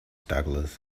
douglas